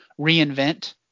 reinvent